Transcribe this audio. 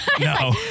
No